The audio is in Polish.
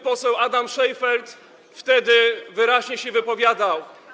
Poseł Adam Szejnfeld wtedy wyraźnie się wypowiadał.